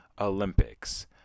Olympics